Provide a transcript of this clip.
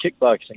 kickboxing